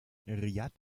riad